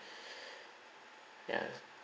ya